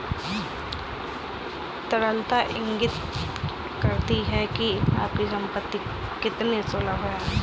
तरलता इंगित करती है कि आपकी संपत्ति कितनी सुलभ है